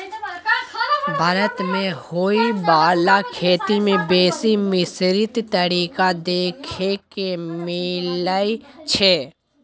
भारत मे होइ बाला खेती में बेसी मिश्रित तरीका देखे के मिलइ छै